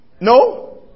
No